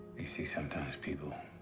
you see, sometimes people